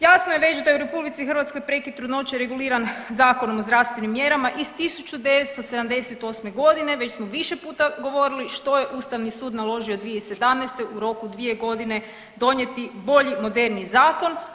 Jasno je već da je u RH prekid trudnoće reguliran Zakonom o zdravstvenim mjerama iz 1978. godine, već smo više puta govorili što je Ustavni sud naložio 2017. u roku 2 godine donijeti bolji, moderniji zakon.